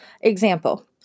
Example